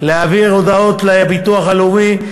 להעביר הודעות לביטוח הלאומי,